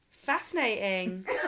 Fascinating